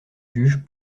juges